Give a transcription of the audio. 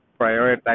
prioritize